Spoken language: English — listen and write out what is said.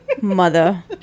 Mother